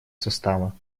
состава